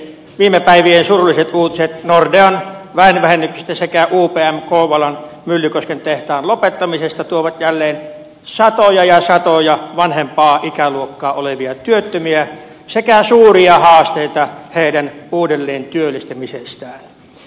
viime päivien surulliset uutiset nordean väen vähennyksestä sekä upmn kouvolan myllykosken tehtaan lopettamisesta tuovat jälleen satoja ja satoja vanhempaa ikäluokkaa olevia työttömiä sekä suuria haasteita heidän uudelleen työllistämisestään